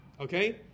okay